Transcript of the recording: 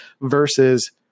versus